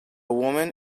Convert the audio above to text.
woman